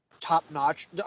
top-notch